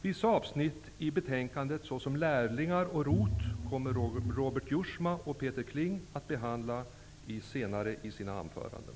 Vissa avsnitt i betänkandet, som de som gäller lärlingar och ROT, kommer Robert Jousma och Peter Kling att ta upp i sina anföranden.